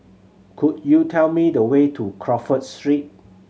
could you tell me the way to Crawford Street